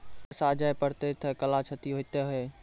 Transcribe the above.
बरसा जा पढ़ते थे कला क्षति हेतै है?